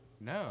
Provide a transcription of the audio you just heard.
No